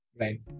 Right